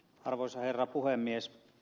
arvoisa herra puhemies